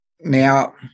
Now